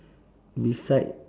beside